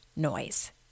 noise